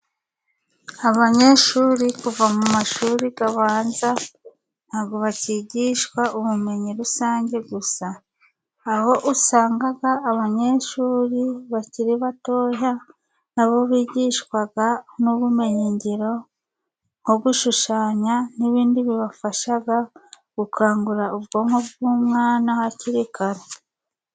Abanyeshuri kuva mu mashuri abanza ntabwo bakigishwa ubumenyi rusange gusa, aho usanga abanyeshuri bakiri batoya nabo bigishwa n'ubumenyingiro, nko gushushanya n'ibindi bibafasha gukangura ubwonko bw'umwana hakiri kare.